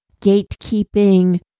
gatekeeping